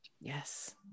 Yes